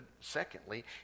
secondly